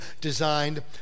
designed